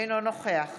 אינו נוכח